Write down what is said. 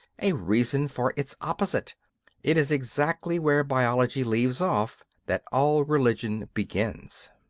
a reason for its opposite it is exactly where biology leaves off that all religion begins.